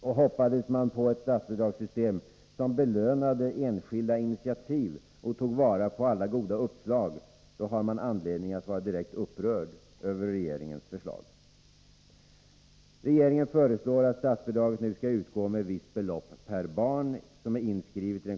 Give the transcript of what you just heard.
Och hoppades man på ett statsbidragssystem som belönade enskilda initiativ och tog vara på alla goda uppslag, då har man anledning att vara: direkt upprörd över regeringens förslag.